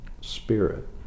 spirit